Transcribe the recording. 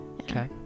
okay